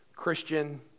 Christian